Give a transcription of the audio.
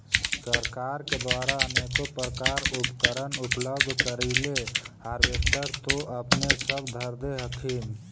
सरकार के द्वारा अनेको प्रकार उपकरण उपलब्ध करिले हारबेसटर तो अपने सब धरदे हखिन?